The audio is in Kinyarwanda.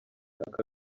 aka